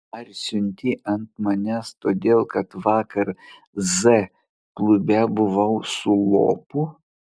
ar siunti ant manęs todėl kad vakar z klube buvau su lopu